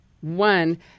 one